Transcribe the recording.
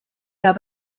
der